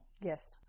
yes